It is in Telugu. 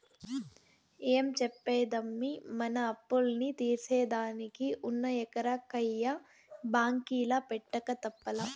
ఏం చెప్పేదమ్మీ, మన అప్పుల్ని తీర్సేదానికి ఉన్న ఎకరా కయ్య బాంకీల పెట్టక తప్పలా